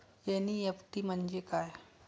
NEFT म्हणजे काय?